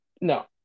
No